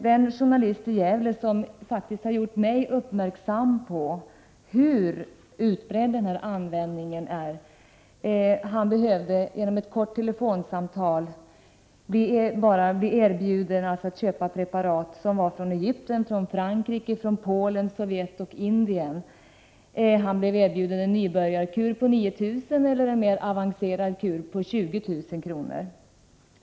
Den journalist i Gävle, som jag omnämnde i min fråga, och som har gjort mig uppmärksam på hur utbredd den här användningen är, blev bara genom ett kort telefonsamtal erbjuden att köpa preparat som kom från Egypten, Frankrike, Polen, Sovjet och Indien. Han erbjöds vidare en nybörjarkur för 9 000 kr. eller en mer avancerad kur för 20 000 kr.